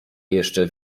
jeszcze